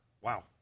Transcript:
wow